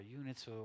units